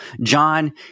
John